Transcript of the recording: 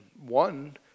One